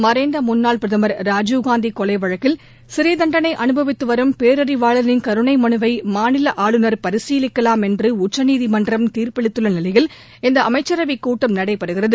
மறைந்த முன்னாள் பிரதமர் ராஜீவ் காந்தி கொலை வழக்கில் சிறைத்தண்டனை அனுபவித்து வரும் பேரறிவாளனின் கருணை மனுவை மாநில ஆளுநர் பரிசீலிக்கலாம் என்று உச்சநீதிமன்றம் தீர்ப்பளித்துள்ள நிலையில் இந்த அமைச்சரவைக் கூட்டம் நடைபெறுகிறது